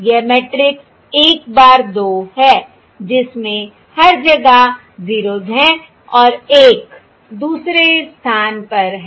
यह matrix 1 bar 2 है जिसमें हर जगह 0s हैं और 1 दूसरे स्थान पर है